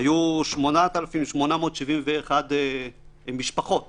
היו 8,871 משפחות